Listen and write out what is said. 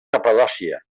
capadòcia